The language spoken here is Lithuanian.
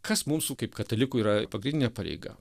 kas mūsų kaip katalikų yra pagrindinė pareiga